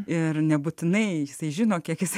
ir nebūtinai jisai žino kiek jis